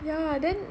ya then